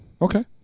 Okay